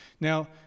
Now